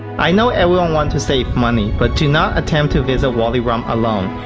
i know everyone wants to save money, but do not attempt to visit wadi rum alone,